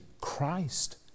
Christ